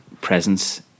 presence